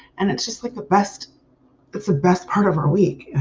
and it's just like the best it's the best part of our week.